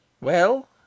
Well